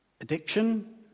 Addiction